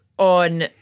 on